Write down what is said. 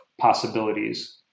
possibilities